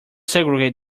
segregate